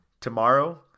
tomorrow